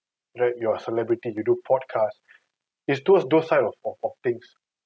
right you're a celebrity you do podcast it's towards those side of of of things